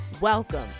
Welcome